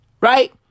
Right